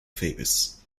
famous